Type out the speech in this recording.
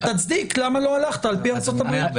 תצדיק למה לא הלכת על-פי ארצות-הברית.